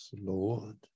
Lord